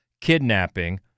kidnapping